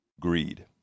greed